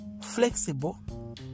flexible